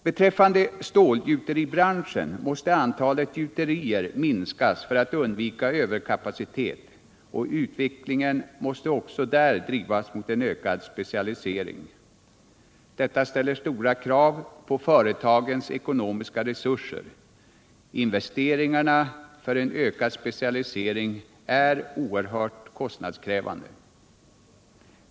Beträffande stålgjuteribranschen måste antalet gjuterier minskas för att undvika överkapacitet, och utvecklingen måste också drivas mot ökad specialisering. Detta ställer stora krav på företagens ekonomiska resurser; investeringarna för en ökad specialisering är oerhört kostnadskrävande.